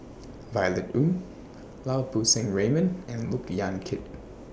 Violet Oon Lau Poo Seng Raymond and Look Yan Kit